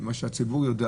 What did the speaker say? מה שהציבור יודע,